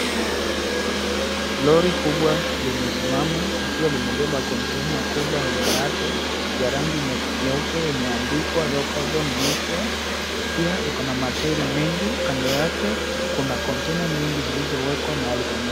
Lori kubwa limesimama likiwa limebeba konteina kubwa nyuma yake ya rangi nyeupe imeandikwa low carbon emision , pia iko na matairi mingi. Kando yake kuna konteina nyingi zilizowekwa mahali pamoja.